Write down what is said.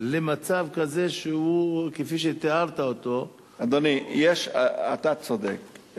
למצב כזה שהוא כפי שתיארת אותו, אדוני, אתה צודק.